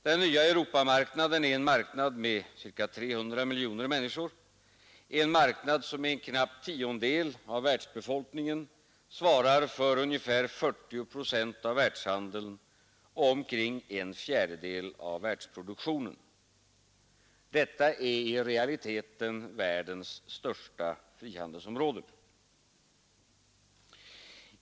Den nya Europamarknaden är en marknad med ca 300 miljoner människor, en marknad som omfattar en knapp tiondedel av världsbefolkningen, som svarar för ungefär 40 procent av världshandeln och omkring en fjärdedel av världsproduktionen. Detta är i realiteten världens största frihandelsområde.